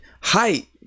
Height